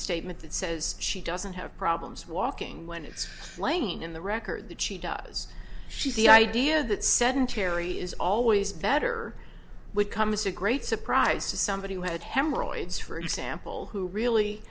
statement that says she doesn't have problems walking when it's plain in the record that she does she's the idea that sedentary is always better would come as a great surprise to somebody who had hemorrhoids for example who really